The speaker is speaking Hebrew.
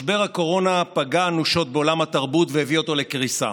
משבר הקורונה פגע אנושות בעולם התרבות והביא אותו לקריסה.